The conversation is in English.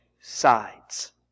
sides